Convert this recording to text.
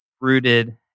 rooted